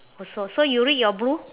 also so you read your blue